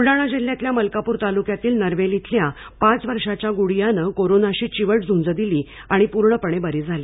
बुलडाणा जिल्ह्यातल्या मलकापूर तालुक्यातील नरवेल येथील पाच वर्षाच्या गुडीया ने कोरोनाशी चिवट झुंज दिली आणि पूर्णपणे बरी झाली